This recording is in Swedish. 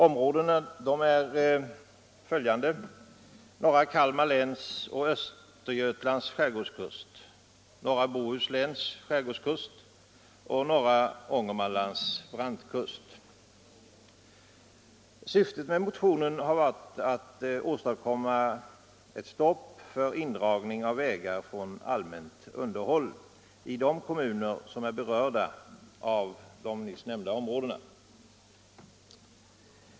Områdena är norra Kalmar läns och Östergötlands skärgårdskust, norra Bohusläns skärgårdskust och norra Ångermanlands brantkust. Syftet med motionen har varit att åstadkomma ett stopp för undantagandet av vägar från allmänt underhåll i de kommuner som är belägna i de nämnda områdena.